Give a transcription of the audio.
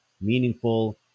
meaningful